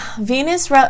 Venus